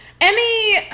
Emmy